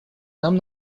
нам